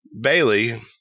Bailey